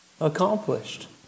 accomplished